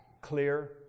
clear